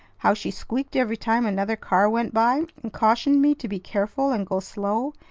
how she squeaked every time another car went by, and cautioned me to be careful and go slow,